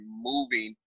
moving